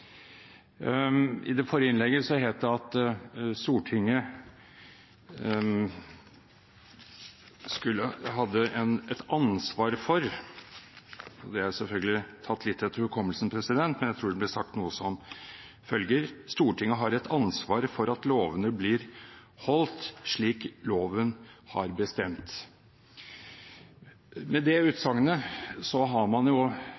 i det forrige innlegget ble det sagt omtrent som følger: Stortinget har et ansvar for at lovene blir holdt slik lovgiver har bestemt. Med det utsagnet har man